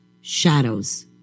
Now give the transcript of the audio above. Shadows